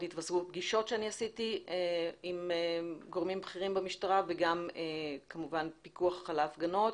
פגישות שקיימתי עם גורמים בכירים במשטרה וגם כמובן פיקוח על ההפגנות.